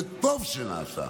וטוב שנעשה,